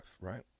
right